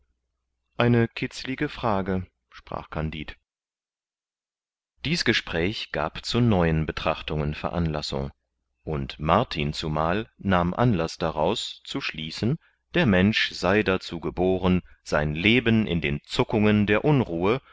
eine kitzlige frage sprach kandid dies gespräch gab zu neuen betrachtungen veranlassung und martin zumal nahm anlaß daraus zu schließen der mensch sei dazu geboren sein leben in den zuckungen der unruhe